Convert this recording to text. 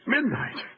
Midnight